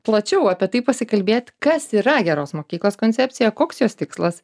plačiau apie tai pasikalbėt kas yra geros mokyklos koncepcija koks jos tikslas